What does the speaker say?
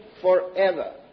forever